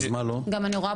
למה לא?